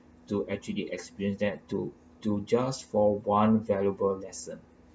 to actually experience that to to just for one valuable lesson